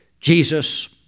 Jesus